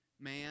man